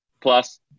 plus